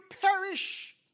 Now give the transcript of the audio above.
perish